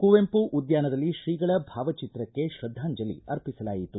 ಕುವೆಂಪು ಉದ್ಯಾನದಲ್ಲಿ ಶ್ರೀಗಳ ಭಾವಚಿತ್ರಕ್ಕೆ ಶ್ರದ್ಧಾಂಜಲಿ ಅರ್ಪಿಸಲಾಯಿತು